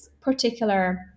particular